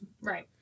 right